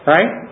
Right